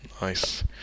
Nice